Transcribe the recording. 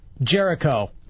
Jericho